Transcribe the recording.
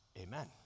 amen